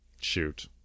shoot